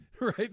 Right